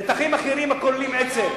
נתחים אחרים, הכוללים עצם,